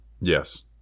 Yes